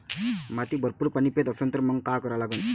माती भरपूर पाणी पेत असन तर मंग काय करा लागन?